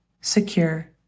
secure